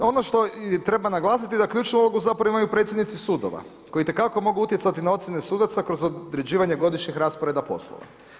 Ono što treba naglasiti da ključnu ulogu zapravo imaju predsjednici sudova koji itekako mogu utjecati na ocjene sudaca kroz određivanje godišnjeg rasporeda poslova.